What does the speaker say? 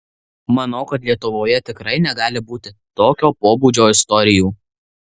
manau kad lietuvoje tikrai negali būti tokio pobūdžio istorijų